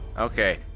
Okay